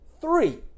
Three